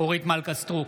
אורית מלכה סטרוק,